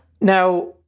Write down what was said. Now